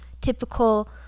typical